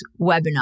webinar